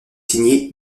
signé